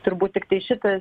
turbūt tiktai šitas